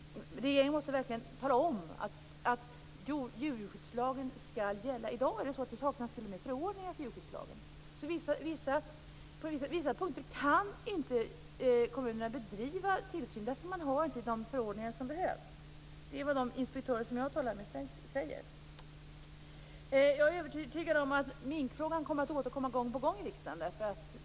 Regeringen måste verkligen tala om att djurskyddslagen skall gälla. För närvarande saknas t.o.m. förordningar till djurskyddslagen. På vissa punkter kan kommunerna inte bedriva tillsyn, eftersom de inte har de förordningar som behövs. Det är vad de inspektörer som jag har talat med säger. Jag är övertygad om att minkfrågan kommer att tas upp gång på gång i riksdagen.